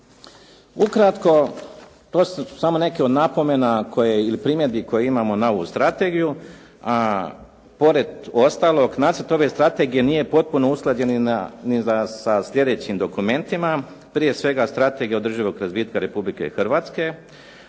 Ukratko, to su samo neke od napomena koje ili primjedbi koje imamo na ovu strategiju, a pored ostalog nacrt ove strategije nije potpuno usklađen ni sa slijedećim dokumentima. Prije svega strategija održivog razvitka Republike Hrvatske,